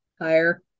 Higher